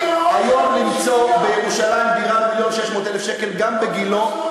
היום למצוא בירושלים דירה במיליון שקל ו-600,000 גם בגילה,